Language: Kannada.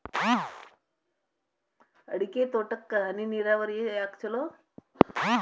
ಅಡಿಕೆ ತೋಟಕ್ಕ ಹನಿ ನೇರಾವರಿಯೇ ಯಾಕ ಛಲೋ?